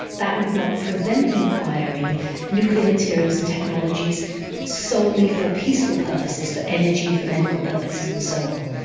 that would not prevent them acquiring nuclear materials and technologies solely for peaceful purposes, for energy, for medical purposes and so on.